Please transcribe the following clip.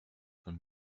von